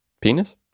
penis